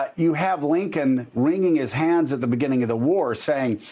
ah you have lincoln wringing his hands at the beginning of the war saying,